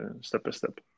step-by-step